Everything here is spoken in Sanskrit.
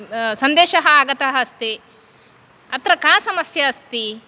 सन्देशः आगतः अस्ति अत्र का समस्या अस्ति